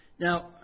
Now